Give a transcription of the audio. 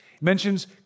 mentions